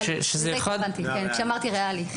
שזה אחד --- לזה התכוונתי כשאמרתי 'ריאלי'.